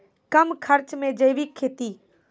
कम खर्च मे जैविक खेती?